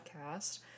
podcast